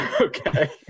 Okay